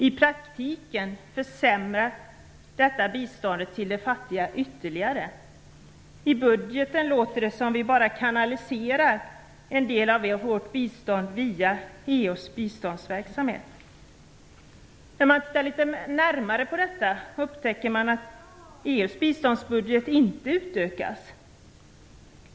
I praktiken försämrar detta biståndet till de fattiga ytterligare. I budgeten låter det som om vi bara kanaliserar en del av vårt bistånd via EU:s biståndsverksamhet. När man tittar litet närmare på detta upptäcker man att EU:s biståndsbudget inte utökas.